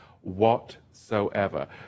whatsoever